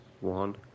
one